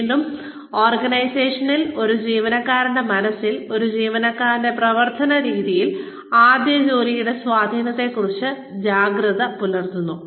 വീണ്ടും ഓർഗനൈസേഷനുകൾ ഒരു ജീവനക്കാരന്റെ മനസ്സിൽ ഒരു ജീവനക്കാരന്റെ പ്രവർത്തനരീതിയിൽ ആദ്യ ജോലിയുടെ സ്വാധീനത്തെക്കുറിച്ച് ജാഗ്രത പുലർത്തുന്നു